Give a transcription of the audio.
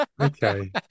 okay